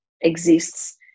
exists